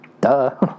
Duh